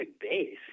base